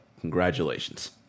Congratulations